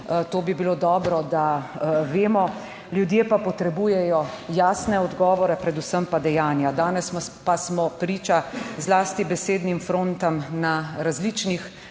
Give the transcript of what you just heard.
To bi bilo dobro, da vemo, ljudje pa potrebujejo jasne odgovore, predvsem pa dejanja. Danes pa smo priča zlasti besednim frontam na različnih